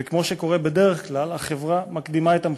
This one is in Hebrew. וכמו שקורה בדרך כלל, החברה מקדימה את המחוקק.